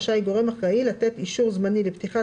רשאי גורם אחראי לתת אישור זמני לפתיחת